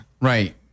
Right